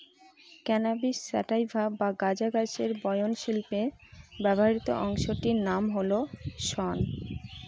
cannabis sativa বা গাঁজা গাছের বয়ন শিল্পে ব্যবহৃত অংশটির নাম হল শন